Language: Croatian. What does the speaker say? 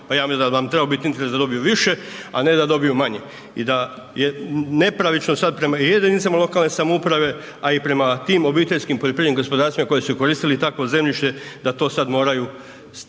Pa ja mislim da bi vam trebao bit interes da dobiju više a ne da dobiju manje i da je nepravično sad prema i jedinicama lokalne samouprave a i prema tim OPG-ovima koji su koristili takvo zemljište da to sad moraju vaditi